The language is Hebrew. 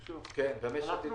הם